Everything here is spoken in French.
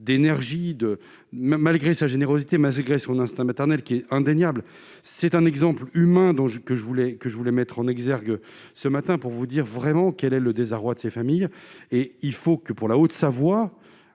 de même, malgré sa générosité malgré son instinct maternel qui est indéniable, c'est un exemple humain dont je que je voulais que je voulais mettre en exergue ce matin pour vous dire vraiment quel est le désarroi de ces familles et il faut que pour la Haute-Savoie,